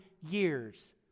years